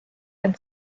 ein